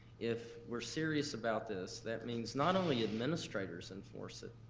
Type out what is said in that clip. if we're serious about this, that means not only administrators enforce it,